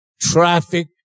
Traffic